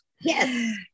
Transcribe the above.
Yes